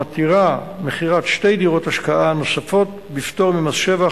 המתירה מכירת שתי דירות השקעה נוספת בפטור ממס שבח